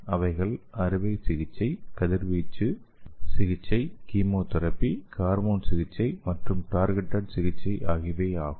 அவைகள் அறுவை சிகிச்சை கதிர்வீச்சு சிகிச்சை கீமோதெரபி ஹார்மோன் சிகிச்சை மற்றும் டார்கெட்டேட் சிகிச்சை ஆகியவை ஆகும்